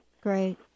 Great